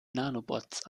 nanobots